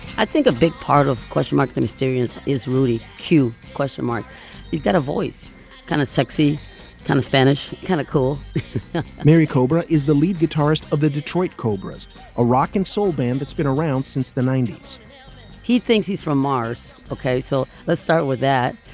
i think a big part of the question mark the mysterious is rudy. q question mark is that a voice kind of sexy kind of spanish kind of cool mary cobra is the lead guitarist of the detroit cobras a rock and soul band that's been around since the ninety he thinks he's from mars. ok so let's start with that.